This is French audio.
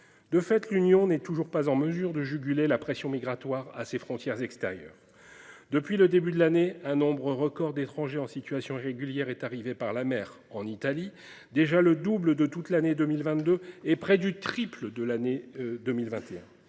De fait, l’Union n’est toujours pas en mesure de juguler la pression migratoire à ses frontières extérieures : depuis le début de l’année, un nombre record d’étrangers en situation irrégulière est arrivé par la mer en Italie, représentant déjà le double de toute l’année 2022 et près du triple de l’année 2021.